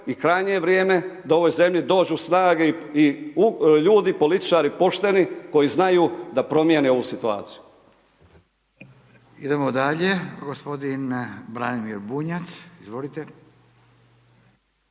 i krajnje je vrijeme da u ovoj zemlji dođu snage i ljudi, političari pošteni koji znaju da promjene ovu situaciju. **Radin, Furio (Nezavisni)** Idemo dalje, gospodin Branimir Bunjac. Izvolite.